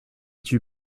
tue